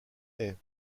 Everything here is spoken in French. haies